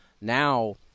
now